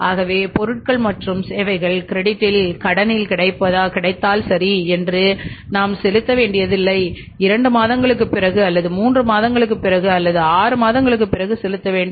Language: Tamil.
ஆகவே பொருட்கள் மற்றும் சேவைகள் கிரெடிட்டில் கடன் கிடைத்தால் சரி இன்று நாம் செலுத்த வேண்டியதில்லை 2 மாதங்களுக்குப் பிறகு அல்லது 3 மாதங்களுக்குப் பிறகு அல்லது சில 6 மாதங்களுக்குப் பிறகு செலுத்த வேண்டும்